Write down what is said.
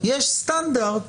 יש סטנדרט